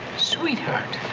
sweetheart!